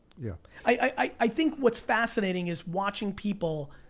yeah i think what's fascinating is watching people,